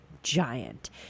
giant